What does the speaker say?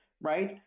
Right